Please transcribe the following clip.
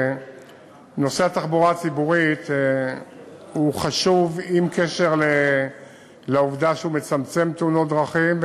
נושא התחבורה הציבורית הוא חשוב עם קשר לעובדה שהוא מצמצם תאונות דרכים,